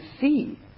see